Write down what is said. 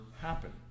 happen